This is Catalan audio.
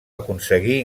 aconseguir